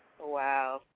Wow